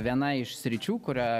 viena iš sričių kurią